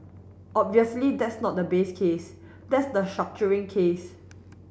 obviously that's not the base case that's the structuring case